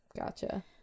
gotcha